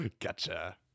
Gotcha